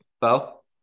Bo